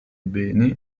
beni